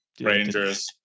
Rangers